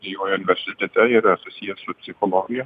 jo universitete yra susiję su psichologija